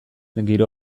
giro